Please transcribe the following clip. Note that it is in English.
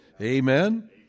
Amen